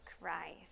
Christ